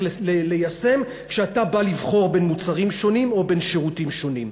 ליישם כשאתה בא לבחור בין מוצרים שונים או בין שירותים שונים.